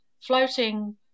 floating